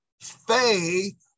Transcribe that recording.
Faith